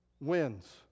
wins